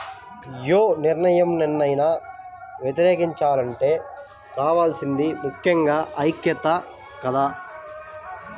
యే నిర్ణయాన్నైనా వ్యతిరేకించాలంటే కావాల్సింది ముక్కెంగా ఐక్యతే కదా